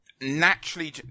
naturally